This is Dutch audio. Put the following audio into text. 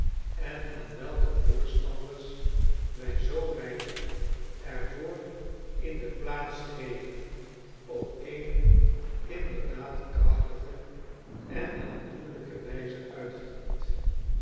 en aan welker voorstanders wij zoo weinig er voor in de plaats geven op eene inderdaad krachtige en aandoenlijke wijze uitgedrukt